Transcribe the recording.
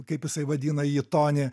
kaip jisai vadina jį toni